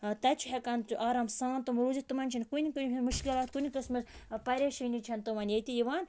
تَتہِ چھِ ہٮ۪کان آرام سان تٕم روٗزِتھ تِمَن چھِنہٕ کُنہِ ہِنٛز مُشکلات کُنہِ قٕسمٕچ پریشٲنی چھَنہٕ تِمَن ییٚتہِ یِوان